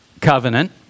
covenant